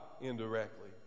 indirectly